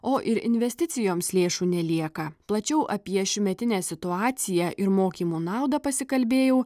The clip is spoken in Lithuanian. o ir investicijoms lėšų nelieka plačiau apie šiųmetinę situaciją ir mokymų naudą pasikalbėjau